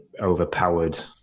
overpowered